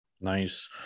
Nice